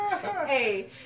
Hey